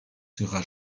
sera